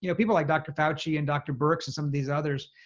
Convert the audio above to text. you know people like dr. fauci and dr. birx and some of these others